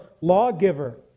lawgiver